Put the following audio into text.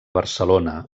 barcelona